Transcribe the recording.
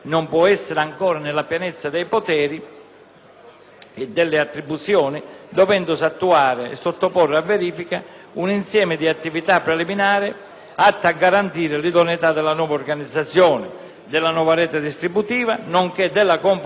delle sue attribuzioni, perché si deve attuare e sottoporre a verifica un insieme di attività preliminari che garantiscano l'idoneità della nuova organizzazione e della nuova rete distributiva, nonché la loro conformità ai progetti presentati in sede